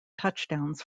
touchdowns